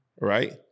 right